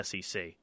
SEC